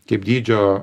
kaip dydžio